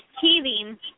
teething